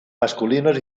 masculinos